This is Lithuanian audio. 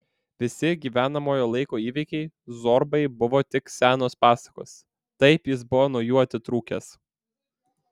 visi gyvenamojo laiko įvykiai zorbai buvo tik senos pasakos taip jis buvo nuo jų atitrūkęs